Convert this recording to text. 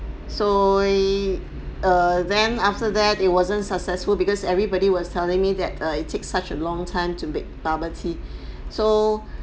so err then after that it wasn't successful because everybody was telling me that err it takes such a long time to make bubble tea so